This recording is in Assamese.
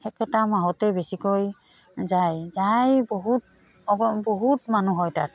একেটা মাহতে বেছিকৈ যায় যায় বহুত অঁ বহুত মানুহ হয় তাত